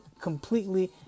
completely